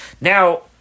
Now